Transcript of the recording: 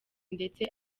ndetse